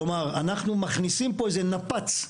כלומר, אנחנו מכניסים פה איזשהו נפץ.